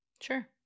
Sure